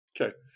Okay